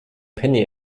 penny